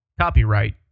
Copyright